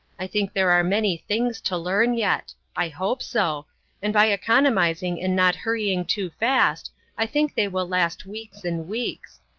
i think there are many things to learn yet i hope so and by economizing and not hurrying too fast i think they will last weeks and weeks.